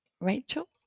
Rachel